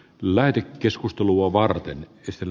lääke keskustelua varten sen